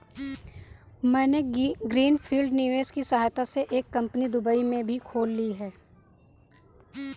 मैंने green field निवेश की सहायता से एक कंपनी दुबई में भी खोल ली है